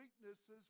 weaknesses